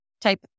type